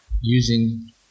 using